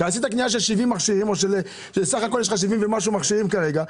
עשית סך הכול יש לך 70 ומשהו מכשירים כרגע.